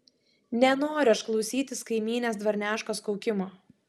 nenoriu aš klausytis kaimynės dvarneškos kaukimo